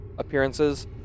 appearances